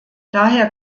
daher